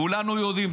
כולנו יודעים.